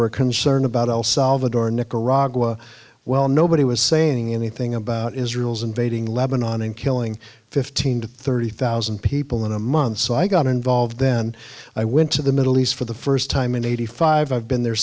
were concerned about el salvador and nicaragua well nobody was saying anything about israel's invading lebanon and killing fifteen to thirty thousand people in a month so i got involved then i went to the middle east for the first time in eighty five i've been there